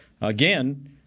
again